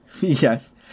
Yes